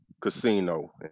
Casino